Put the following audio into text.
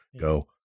Go